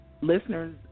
listeners